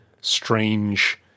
strange